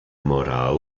moral